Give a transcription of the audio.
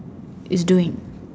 is doing